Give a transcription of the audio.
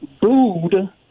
booed